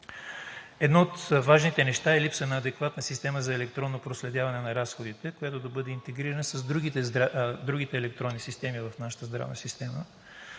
Едно от важните неща е липса на адекватна система за електронно проследяване на разходите, което да бъде интегрирано с другите електронни системи в нашата здравна система.